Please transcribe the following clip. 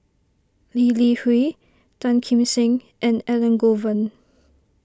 Lee Li Hui Tan Kim Seng and Elangovan